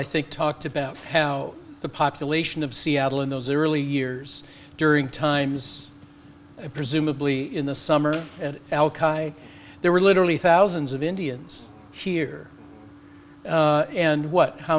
i think talked about how the population of seattle in those early years during times of presumably in the summer and there were literally thousands of indians here and what how